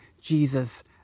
Jesus